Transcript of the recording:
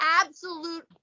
Absolute